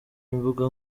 imbuga